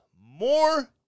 more